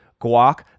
guac